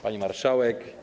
Pani Marszałek!